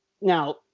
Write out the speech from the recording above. now